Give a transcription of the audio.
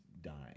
dying